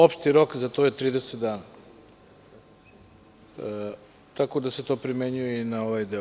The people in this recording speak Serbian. Opšti rok za to je 30 dana, tako da se tu primenjuje i na ovaj deo.